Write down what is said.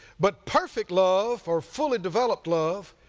but perfect love, or fully developed love,